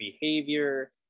behavior